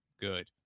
good